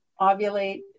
ovulate